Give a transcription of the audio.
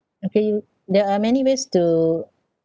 okay you there are many ways to